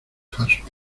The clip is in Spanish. falsos